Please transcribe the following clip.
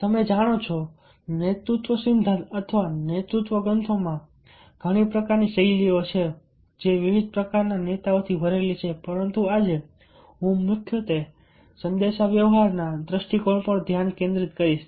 તમે જાણો છો નેતૃત્વ સિદ્ધાંત અથવા નેતૃત્વ ગ્રંથોમાં ઘણી પ્રકારની શૈલીઓ છે જે વિવિધ પ્રકારના નેતાઓથી ભરેલી છે પરંતુ આજે હું મુખ્યત્વે સંદેશાવ્યવહારના દૃષ્ટિકોણ પર ધ્યાન કેન્દ્રિત કરીશ